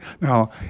Now